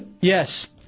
yes